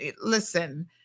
listen